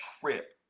trip